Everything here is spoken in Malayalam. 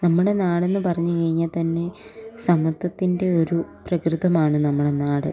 നമ്മുടെ നാടെന്ന് പറഞ്ഞ് കഴിഞ്ഞാൽ തന്നെ സമത്വത്തിൻ്റെ ഒരു പ്രകൃതമാണ് നമ്മുടെ നാട്